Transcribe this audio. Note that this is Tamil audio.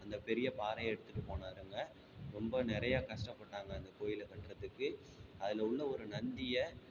அந்தப் பெரிய பாறையை எடுத்துட்டு போனார் அங்கே ரொம்ப நிறைய கஷ்டப்பட்டாங்க அந்தக் கோயிலை கட்டுறதுக்கு அதில் உள்ள ஒரு நந்தியை